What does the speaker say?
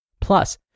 Plus